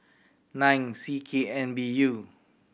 nine C K N B U